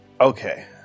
okay